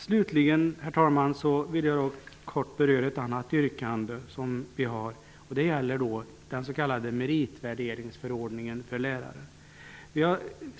Slutligen, herr talman, vill jag kort beröra ett annat av våra yrkanden, om den s.k. meritvärderingsförordningen för lärare.